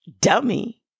dummy